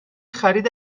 خرید